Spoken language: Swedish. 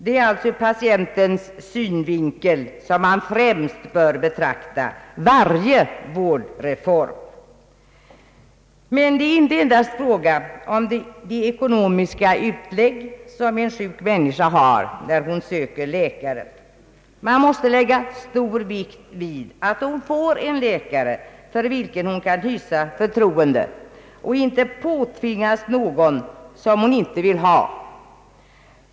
Det är alltså ur patientens synvinkel man främst bör betrakta varje vårdreform. Men det är inte endast fråga om de ekonomiska utlägg en sjuk människa får, när hon söker läkare. Man måste också lägga stor vikt vid att hon får en läkare för vilken hon kan hysa förtroende och inte påtvingas någon som hon inte vill ha.